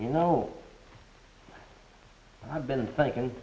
you know i've been thinking